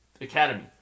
Academy